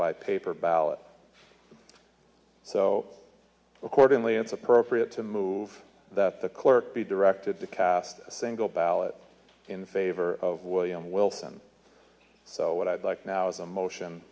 by paper ballots so accordingly it's appropriate to move that the clerk be directed to cast a single ballot in favor of william wilson so what i'd like now is a motion